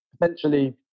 potentially